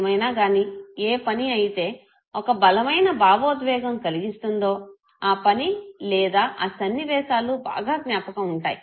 ఏమైనా గాని ఏ పని అయితే ఒక బలమైన భావోద్వేగం కలిగిస్తుందో ఆ పని లేదా ఆ సన్నివేశాలు బాగా జ్ఞాపకం ఉంటాయి